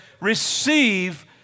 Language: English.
receive